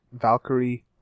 Valkyrie